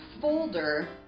folder